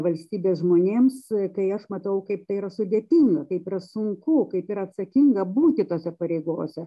valstybės žmonėms kai aš matau kaip tai yra sudėtinga kaip sunku kaip yra atsakinga būti tose pareigose